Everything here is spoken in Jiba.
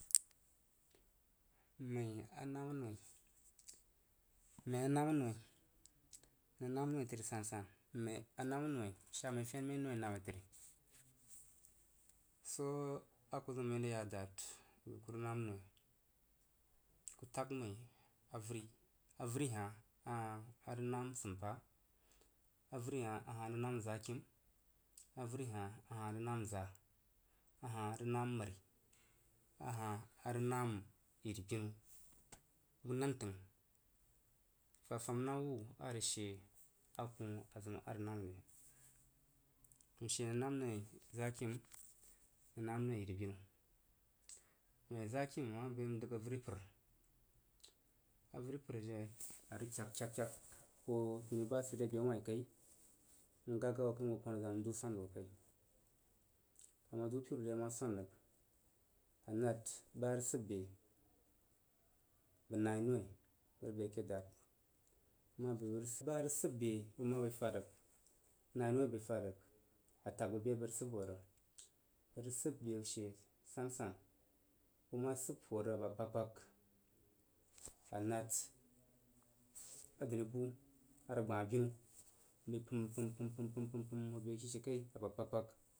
m mai anamnoi mmai anamnoi narəg nam noi təri sunsan m mai anamno sha məi fen məi noi nam təri swo aku zəg məi ya dad ibəg kurəg nam noi ku. tag məi avəri. Avəri hah a hah arə nam zimpah avəri hah ahah a rəg nam za kim avəri hah a hah nən nam za'a a hah rəg nam məari, a hah rəg nam yiribinu bu nan təng fa fam nah wu akuh a zim a rəg nam re. Nshe a nan noi zakim n namnoi yiri binu noi zakim mma bəi n dəg avəri mpuru avəri mpuru she m ma kyakkya hoo hini ba sigke be wah rikai n gah gah hoo kai ama duu piru rəg yei ma jon rəg arəg nad ba rəg səb be bəg nai noi bəg be ke dad mma be ke da. Ba rəg səb bema bəi kad rəg nai noi bəi fad rəg a tag bəg be abəg rəg səb wo yei bə rəg səb be she sansan m ma səb hoo rəg aba kpagkpag, anad adənibu arəg gbah binu m pəm pəm pəm ho be she kai aba kpagkpag.